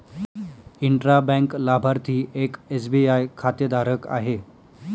intra bank लाभार्थी एक SBI खातेधारक आहे